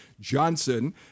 Johnson